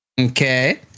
Okay